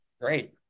Great